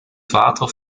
vater